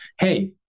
hey